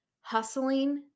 Hustling